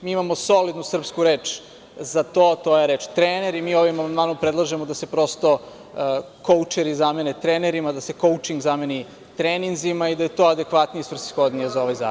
Mi imamo solidnu srpsku reč za to a to je reč trener i mi ovim amandmanom predlažemo da se prosto koučeri zamene trenerima, da se koučin zameni treninzima i da je to adekvatnije i svrsishodnije za ovaj zakon.